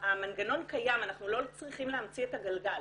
המנגנון קיים, אנחנו לא צריכים להמציא את הגלגל.